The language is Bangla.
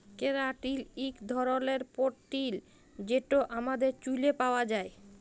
ক্যারাটিল ইক ধরলের পোটিল যেট আমাদের চুইলে পাউয়া যায়